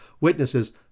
witnesses